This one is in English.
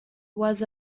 was